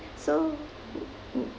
so mm